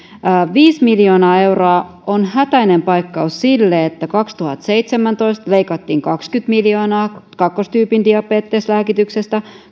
viisi miljoonaa euroa on hätäinen paikkaus sille että kaksituhattaseitsemäntoista leikattiin kaksikymmentä miljoonaa kakkostyypin diabeteslääkityksestä